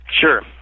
Sure